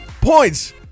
points